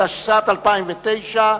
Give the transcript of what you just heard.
בתיאום עם הממשלה.